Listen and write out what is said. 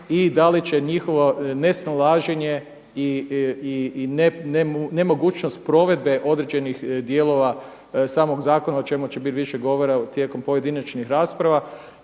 i da li će njihovo nesnalaženje i nemogućnost provedbe određenih dijelova samog zakona o čemu će biti više govora tijekom pojedinačnih rasprava